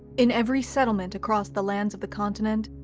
in every settlement across the lands of the continent,